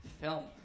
film